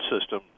system